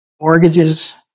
mortgages